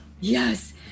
Yes